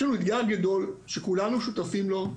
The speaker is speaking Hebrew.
שוב אתגר גדול שכולנו שותפים לו.